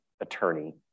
attorney